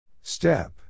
Step